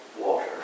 water